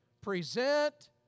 Present